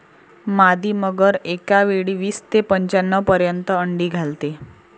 मादी मगर एकावेळी वीस ते पंच्याण्णव पर्यंत अंडी घालते